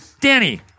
Danny